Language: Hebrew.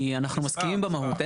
כי אנחנו מסכימים במהות.